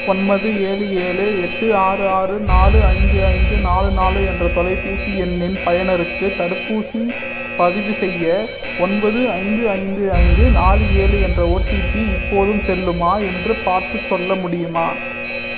ஒன்பது ஏழு ஏழு எட்டு ஆறு ஆறு நாலு ஐந்து ஐந்து நாலு நாலு என்ற தொலைபேசி எண்ணின் பயனருக்கு தடுப்பூசி பதிவுசெய்ய ஒன்பது ஐந்து ஐந்து ஐந்து நாலு ஏழு என்ற ஓடிபி இப்போதும் செல்லுமா என்று பார்த்துச் சொல்ல முடியுமா